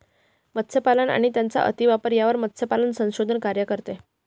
मत्स्यपालन आणि त्यांचा अतिवापर यावर मत्स्यपालन संशोधन कार्य करते